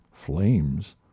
flames